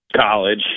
College